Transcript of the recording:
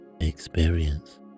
experience